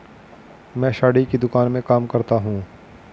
मैं साड़ी की दुकान में काम करता हूं